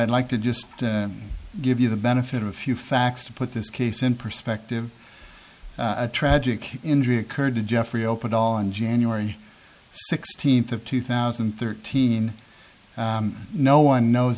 i'd like to just give you the benefit of a few facts to put this case in perspective a tragic injury occurred to jeffrey opened on january sixteenth of two thousand and thirteen no one knows